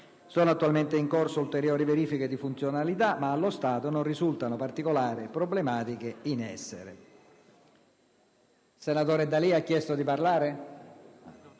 Sono attualmente in corso ulteriori verifiche di funzionalità, ma allo stato non risultano particolari problematiche in essere. **Seguito della discussione